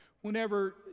Whenever